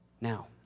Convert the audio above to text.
Now